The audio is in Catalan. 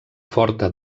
forta